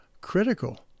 critical